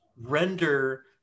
render